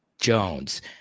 Jones